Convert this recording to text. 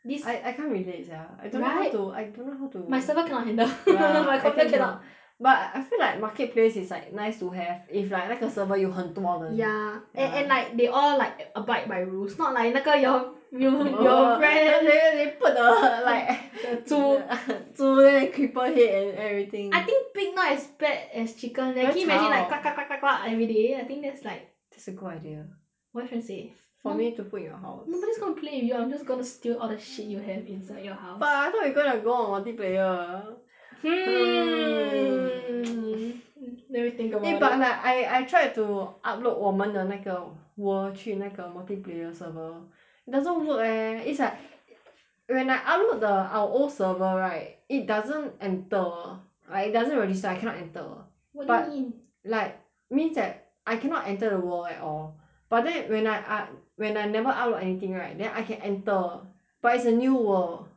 this I I can't relate sia right I don't know how to I don't know how to my server cannot handle ya my computer cannot but I feel like marketplace is like nice to have if like 那个 server 有很多人 ya and and like they all like abide by rules not like 那个 your fr~ your your friend they put the like the 猪猪 then the creeper here and everything I think pig not as bad as chicken leh very 吵 can you imagine like every day I think that's like that's a good idea [what] should I say for me to put in your house no nobody is going to play with you I'm just gonna steal all the shit you have inside your house but I thought you gonna go on multiplayer hmm let me think about it eh but like I I tried to upload 我们的那个 world 去那个 multiplayer server it doesn't work leh it's like when I upload the our old server right it doesn't enter like it doesn't register I cannot enter what do you mean but like means that I cannot enter the world at all but then when I I when I never upload anything right then I can enter but it's a new world